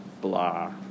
blah